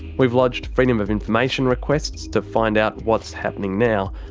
we've lodged freedom of information requests to find out what's happening now,